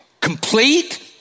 complete